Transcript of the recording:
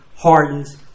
hardens